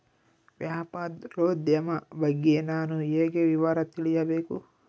ವ್ಯಾಪಾರೋದ್ಯಮ ಬಗ್ಗೆ ನಾನು ಹೇಗೆ ವಿವರ ತಿಳಿಯಬೇಕು?